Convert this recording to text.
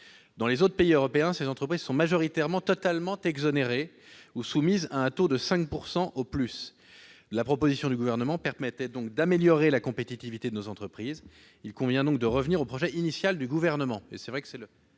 Dans les autres pays européens, ces entreprises sont majoritairement totalement exonérées ou soumises à un taux de 5 % au plus. Le projet initial du Gouvernement permettait d'améliorer la compétitivité de nos entreprises. Il convient donc d'y revenir. Quel est l'avis de